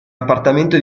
appartamento